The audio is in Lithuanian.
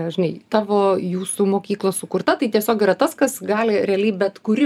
žinai tavo jūsų mokyklos sukurta tai tiesiog yra tas kas gali realiai bet kuri